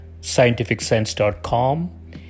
scientificsense.com